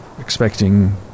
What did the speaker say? Expecting